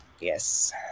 Yes